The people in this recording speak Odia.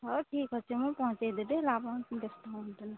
ହଉ ଠିକ୍ ଅଛି ମୁଁ ପହଞ୍ଚାଇ ଦେବି ହେଲା ଆପଣ ବ୍ୟସ୍ତ ହୁଅନ୍ତୁନି